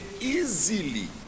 easily